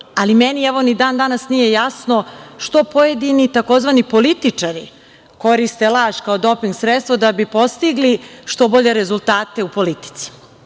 ali meni ni dan danas nije jasno što pojedini tzv. političari koriste laž kao doping sredstvo da bi postigli što bolje rezultate u politici. Na